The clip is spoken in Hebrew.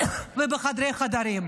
ובחדרי-חדרים.